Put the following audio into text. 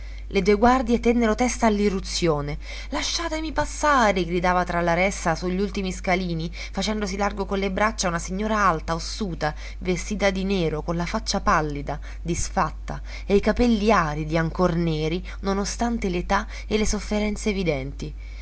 le due guardie tennero testa all'irruzione lasciatemi passare gridava tra la ressa su gli ultimi scalini facendosi largo con le braccia una signora alta ossuta vestita di nero con la faccia pallida disfatta e i capelli aridi ancor neri non ostante l'età e le sofferenze evidenti